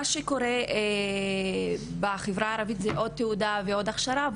מה שקורה בחברה הערבית זו קבלה של עוד תעודה ועוד הכשרה,